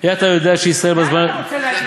כי אתה יודע, לאן אתה רוצה להגיע,